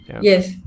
Yes